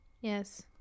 Yes